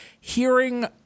hearing